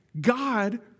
God